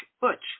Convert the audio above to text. Butch